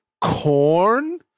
corn